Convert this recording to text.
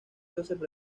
proyecto